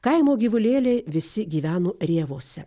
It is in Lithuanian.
kaimo gyvulėliai visi gyveno rėvose